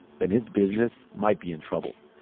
then his business might be in trouble.